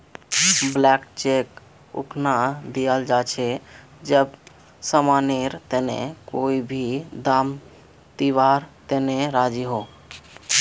blank cheque उखना दियाल जा छे जब समानेर तने कोई भी दाम दीवार तने राज़ी हो